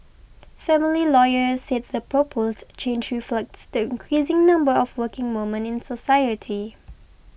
family lawyers said the proposed change reflects the increasing number of working woman in society